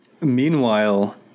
Meanwhile